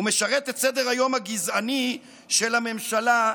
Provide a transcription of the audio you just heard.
הוא משרת את סדר-היום הגזעני של הממשלה,